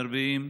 המרביים,